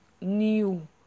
new